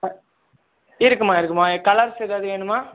ஆ இருக்குதும்மா இருக்குதும்மா கலர்ஸ் ஏதாவது வேணுமா